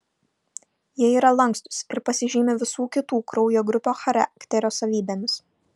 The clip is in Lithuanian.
jie yra lankstūs ir pasižymi visų kitų kraujo grupių charakterio savybėmis